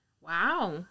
Wow